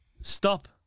stop